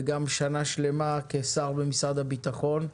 וגם שנה שלמה כשר במשרד הביטחון,